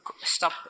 stop